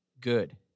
good